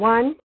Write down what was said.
One